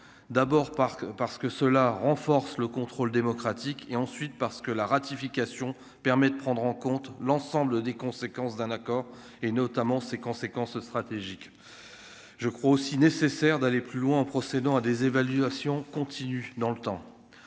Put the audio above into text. parce parce que cela renforce le contrôle démocratique et ensuite parce que la ratification permet de prendre en compte l'ensemble des conséquences d'un accord et notamment ses conséquences stratégiques, je crois aussi nécessaire d'aller plus loin en procédant à des évaluations continue dans le temps,